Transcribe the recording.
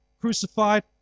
crucified